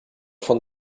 von